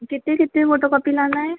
कितनी कितनी फ़ोटोकॉपी लाना है